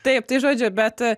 taip tai žodžiu bet